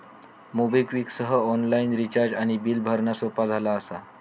MobiKwik सह online recharge आणि bill भरणा सोपा झाला असा